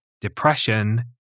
depression